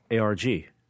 ARG